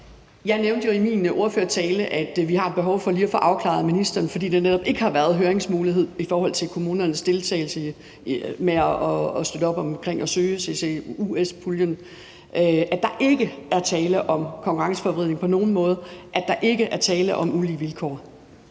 Jeg nævnte jo i min ordførertale, at vi har et behov for lige at få afklaret med ministeren – fordi der netop ikke har været høringsmulighed i forhold til kommunernes deltagelse i at støtte op om og søge CCUS-puljen – at der ikke er tale om konkurrenceforvridning på nogen måde, at der ikke er tale om ulige vilkår.